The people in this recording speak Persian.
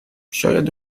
شاید